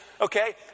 Okay